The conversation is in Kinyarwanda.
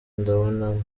ndabona